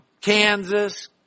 Kansas